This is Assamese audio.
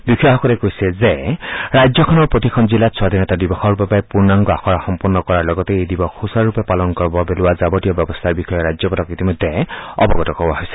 বিষয়াসকলে কৈছে যে ৰাজ্যখনৰ প্ৰতিখন জিলাত স্বাধীনতা দিৱসৰ বাবে পূৰ্ণাংগ আখৰা সম্পন্ন কৰাৰ লগতে এই দিৱস সূচাৰুৰূপে পালন কৰাৰ বাবে লোৱা যাৱতীয় ব্যৱস্থাৰ বিষয়ে ৰাজ্যপালক ইতিমধ্যে অৱগত কৰোৱা হৈছে